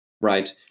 right